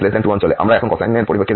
আমরা এখন কোসাইন এর পরিপ্রেক্ষিতে লিখেছি